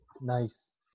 Nice